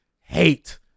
hate